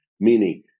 meaning